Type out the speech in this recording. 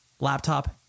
laptop